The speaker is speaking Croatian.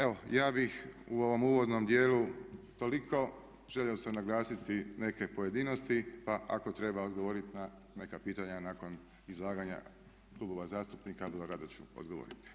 Evo ja bih u ovom uvodnom dijelu toliko, želio sam naglasiti neke pojedinosti, pa ako treba odgovoriti na neka pitanja nakon izlaganja klubova zastupnika vrlo rado ću odgovoriti.